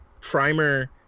primer